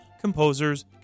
composers